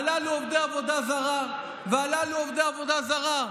הללו עובדי עבודה זרה, והללו עובדי עבודה זרה.